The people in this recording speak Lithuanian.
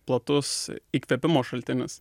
platus įkvėpimo šaltinis